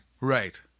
Right